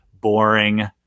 boring